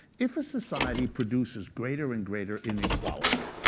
if a society produces greater and greater inequality,